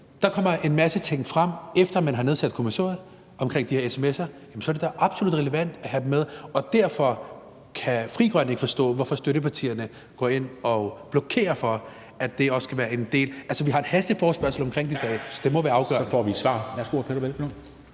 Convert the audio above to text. Der kommer en masse ting frem, efter at man har lavet kommissoriet, om de her sms'er. Så er det da absolut relevant at have dem med, og derfor kan Frie Grønne ikke forstå, hvorfor støttepartierne går ind og blokerer for, at det også kan være en del af det. Altså, vi har en hasteforespørgsel om det i dag, så det må jo være afgørende. Kl. 14:46 Formanden